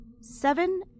Seven